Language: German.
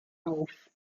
auf